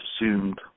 assumed